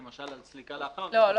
למשל על סליקה לאחר קבלת החלטה.